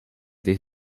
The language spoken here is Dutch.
dicht